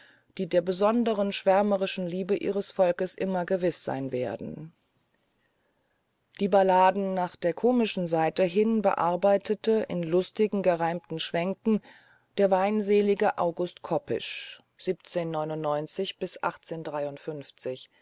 die der schwärmerischen liebe ihres volkes immer gewiß sein werden die ballade nach der komischen seite hin bearbeitete in lustigen gereimten schwänken der weinselige august